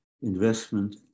investment